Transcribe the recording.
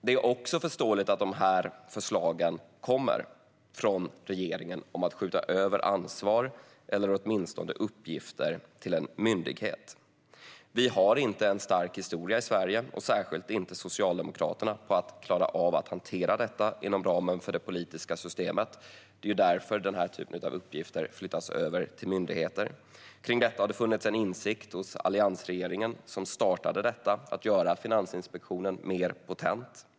Det är också förståeligt att dessa förslag om att skjuta över ansvar eller åtminstone uppgifter till en myndighet kommer från regeringen. Vi har inte en stark historia i Sverige, och särskilt inte hos Socialdemokraterna, av att klara av att hantera detta inom ramen för det politiska systemet. Det är därför som denna typ av uppgifter flyttas över till myndigheter. Om detta har det funnits en insikt hos alliansregeringen, som startade detta och göra Finansinspektionen mer potent.